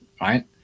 right